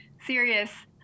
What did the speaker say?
serious